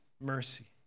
mercy